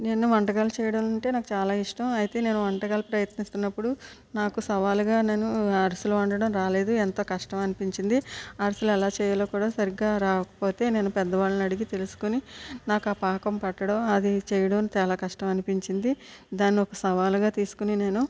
నేను వంటకాలు చేయడమంటే నాకు చాలా ఇష్టం అయితే నేను వంటకాలు ప్రయత్నిస్తున్నప్పుడు నాకు సవాలుగా నేను అరిసెలు వండటం రాలేదు ఎంత కష్టమనిపించింది అరిసెలు ఎలా చేయాలో కూడా సరిగ్గా రాకపోతే నేను పెద్దవాళ్ళనడిగి తెలుసుకొని నాకు ఆ పాకం పట్టడం అది చేయడం చాలా కష్టమనిపించింది దాన్నొక సవాలుగా తీస్కొని నేను